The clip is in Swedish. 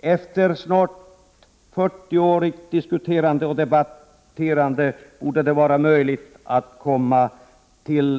Efter snart 40 års diskuterande och debatteran 93 de borde det vara möjligt att komma fram till